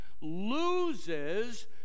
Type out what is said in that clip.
loses